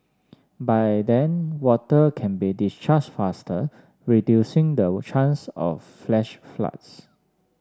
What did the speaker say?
by then water can be discharged faster reducing the chance of flash floods